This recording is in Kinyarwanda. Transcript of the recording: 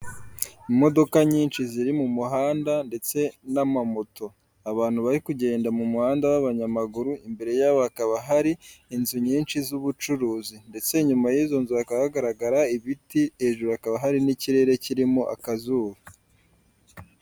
Imodoka nyinshi ziri mu muhanda ndetse n'amamoto. Abantu bari kugenda mu muhanda w'abanyamaguru imbere yabo hakaba hari inzu nyinshi z'ubucuruzi ndetse inyuma y'izo hakaba hagaragara ibiti hejuru hakaba hari n'ikirere kirimo akazuba.